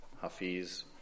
hafiz